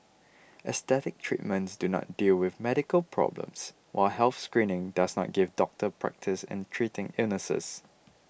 aesthetic treatments do not deal with medical problems while health screening does not give doctors practice in treating illnesses